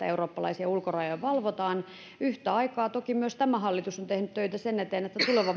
eurooppalaisia ulkorajoja valvotaan yhtä aikaa toki myös tämä hallitus on tehnyt töitä sen eteen että tulevan